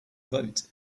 vote